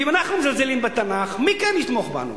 ואם אנחנו מזלזלים בתנ"ך, מי כן יתמוך בנו?